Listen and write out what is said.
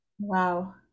Wow